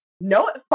no